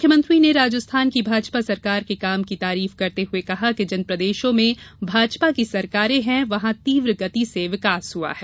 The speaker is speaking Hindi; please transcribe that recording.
मुख्यमंत्री ने राजस्थान की भाजपा सरकार के काम की तारिफ करते हुए कहा कि जिन प्रदेशों में भाजपा की सरकारे हैं वहां तीव्रगति से विकास हुआ है